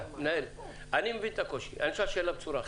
אני אשאל אותך בצורה אחרת.